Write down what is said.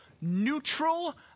neutral